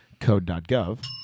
code.gov